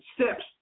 steps